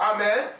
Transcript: Amen